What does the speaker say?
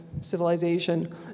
civilization